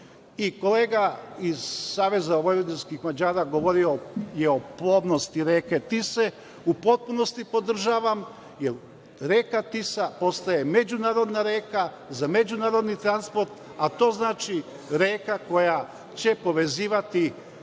podstiče. Kolega iz SVM govorio je o plodnosti reke Tise. U potpunosti podržavam, jer reka Tisa postaje međunarodna reka, za međunarodni transport, a to znači reka koja će povezivati